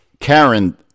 Karen